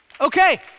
Okay